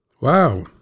Wow